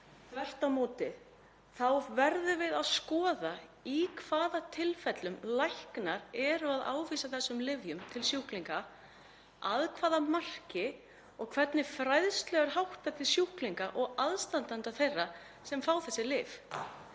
þvert á móti, þá verðum við að skoða í hvaða tilfellum læknar eru að ávísa þessum lyfjum til sjúklinga, að hvaða marki og hvernig fræðslu er háttað til sjúklinga og aðstandenda þeirra sem fá þessi lyf.